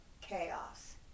chaos